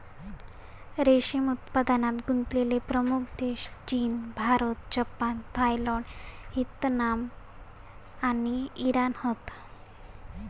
रेशीम उत्पादनात गुंतलेले प्रमुख देश चीन, भारत, जपान, थायलंड, व्हिएतनाम आणि इराण हत